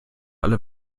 alle